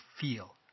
feel